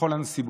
בכל הנסיבות.